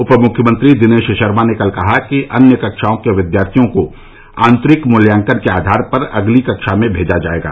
उपमुख्यमंत्री दिनेश शर्मा ने कल कहा कि अन्य कक्षाओं के विद्यार्थियों को आंतरिक मूल्यांकन के आधार पर अगली कक्षा में भेजा जाएगा